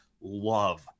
love